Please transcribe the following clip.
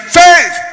faith